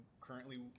currently